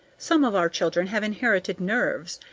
some of our children have inherited nerves,